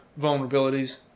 vulnerabilities